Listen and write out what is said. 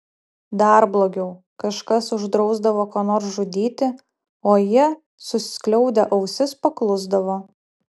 dar blogiau kažkas uždrausdavo ką nors žudyti o jie suskliaudę ausis paklusdavo